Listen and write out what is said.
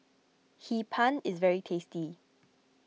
Hee Pan is very tasty